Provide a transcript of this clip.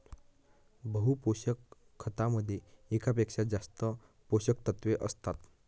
बहु पोषक खतामध्ये एकापेक्षा जास्त पोषकतत्वे असतात